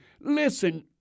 Listen